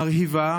מרהיבה,